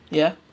ya